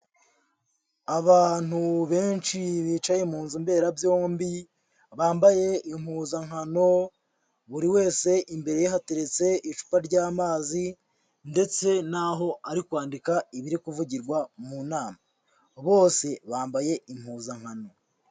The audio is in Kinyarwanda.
Abantu benshi bicaye mu nzu mberabyombi bambaye impuzankano, buri wese imbere ye hateretse icupa ry'amazi ndetse n'aho ari kwandika ibiri kuvugirwa mu nama, bose bambaye impuzankano.